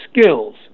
skills